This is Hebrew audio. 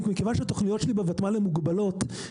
מכיוון שהתכניות שלי בותמ"ל הן מוגבלות,